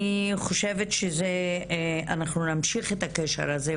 אני חושבת שאנחנו נמשיך את הקשר הזה,